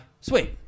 sweet